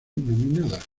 nominada